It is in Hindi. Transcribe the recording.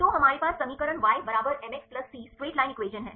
तो हमारे पास समीकरण y बराबर mx plus c straight line equation है